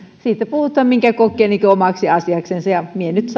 siitä puhutaan minkä kokee omaksi asiakseen ja minä nyt